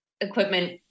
equipment